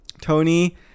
Tony